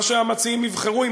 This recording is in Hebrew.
מה שהמציעים יבחרו.